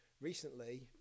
Recently